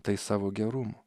tai savo gerumo